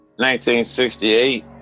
1968